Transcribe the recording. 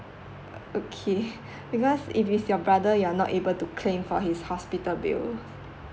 okay because if it's your brother you're not able to claim for his hospital bill